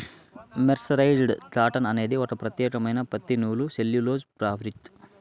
mercerised cotton అనేది ఒక ప్రత్యేకమైన పత్తి నూలు సెల్యులోజ్ ఫాబ్రిక్